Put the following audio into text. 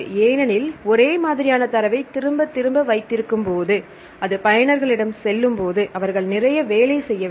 ஏனெனில் ஒரே மாதிரியான தரவை திரும்பத் திரும்ப வைத்திருக்கும்போது அதை பயனர்களிடம் செல்லும்போது அவர்கள் நிறைய வேலை செய்ய வேண்டும்